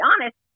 honest